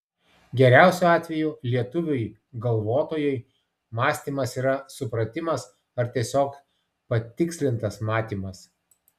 geriausiu atveju lietuviui galvotojui mąstymas yra supratimas ar tiesiog patikslintas matymas